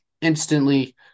instantly